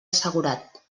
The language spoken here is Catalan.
assegurat